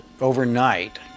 overnight